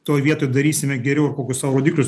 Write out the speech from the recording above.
toj vietoj darysime geriau ir kokius sau rodiklius